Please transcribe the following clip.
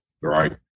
right